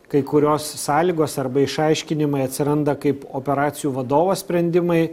kai kurios sąlygos arba išaiškinimai atsiranda kaip operacijų vadovo sprendimai